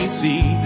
see